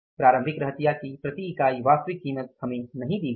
प्रारंभिक रहतिया की प्रति इकाई वास्तविक कीमत हमें नहीं दी गई है